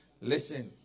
Listen